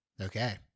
Okay